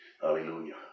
Hallelujah